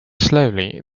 slowly